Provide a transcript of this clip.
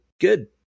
Good